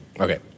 Okay